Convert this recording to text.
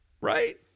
Right